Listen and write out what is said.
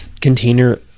container